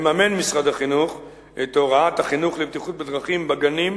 מממן משרד החינוך את הוראת החינוך לבטיחות בדרכים בגנים,